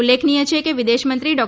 ઉલ્લેખનિય છે કે વિદેશમંત્રી ડૉ